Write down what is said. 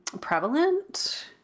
prevalent